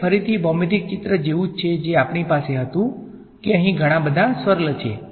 તે ફરીથી ભૌમિતિક ચિત્ર જેવું જ છે જે આપણી પાસે હતું કે અહીં ઘણા બધા સ્વર્લ છે